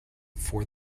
for